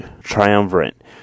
triumvirate